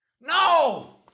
No